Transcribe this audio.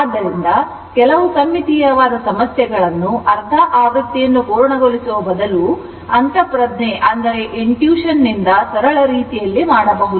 ಆದ್ದರಿಂದ ಕೆಲವು ಸಮ್ಮಿತೀಯವಾದ ಸಮಸ್ಯೆಗಳನ್ನು ಅರ್ಧ ಆವೃತ್ತಿಯನ್ನು ಪೂರ್ಣಗೊಳಿಸುವ ಬದಲು ಅಂತಃಪ್ರಜ್ಞೆಯಿಂದ ಸರಳ ರೀತಿಯಲ್ಲಿ ಮಾಡಬಹುದು